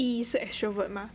E 是 extrovert mah